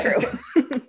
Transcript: true